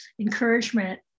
encouragement